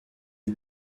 est